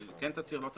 כן תצהיר או לא תצהיר,